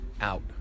out